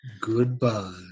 Goodbye